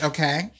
Okay